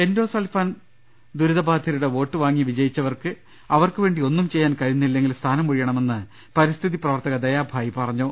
endosulfan ദുരിത ബാധിതരുടെ vote വാങ്ങി വിജയിച്ച വർക്ക് അവർക്കുവേണ്ടി ഒന്നും ചെയ്യാൻ കഴിയുന്നില്ലെങ്കിൽ സ്ഥാനം ഒഴിയണമെന്ന് പരിസ്ഥിതി പ്രവർത്തക ദയാഭായി പറഞ്ഞു